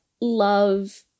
love